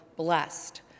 Blessed